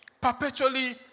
Perpetually